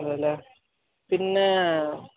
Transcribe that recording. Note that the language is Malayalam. ആണല്ലേ പിന്നേ